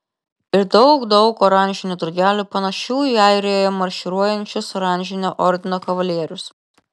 ir daug daug oranžinių drugelių panašių į airijoje marširuojančius oranžinio ordino kavalierius